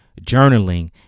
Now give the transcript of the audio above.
journaling